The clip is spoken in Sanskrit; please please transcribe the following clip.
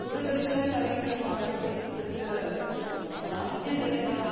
दूरदर्शनकार्यक्रमाः चेत् तत्र हास्यजनकाः